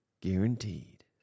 guaranteed